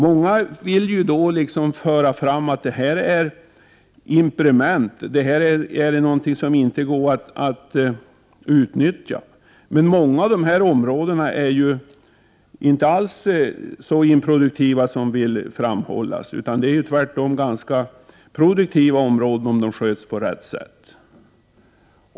Många påstår att det är fråga om impediment som det inte går att utnyttja. Men många av områdena är inte så improduktiva som det sägs. Tvärtom kan det vara ganska produktiva områden, om de sköts på rätt sätt.